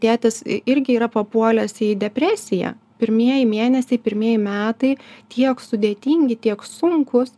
tėtis i irgi yra papuolęs į depresiją pirmieji mėnesiai pirmieji metai tiek sudėtingi tiek sunkūs